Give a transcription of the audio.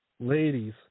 Ladies